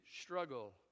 struggle